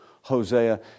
Hosea